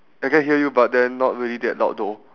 I can hear you but then not really that loud though